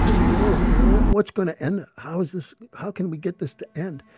what's going to end how is this how can we get this to end?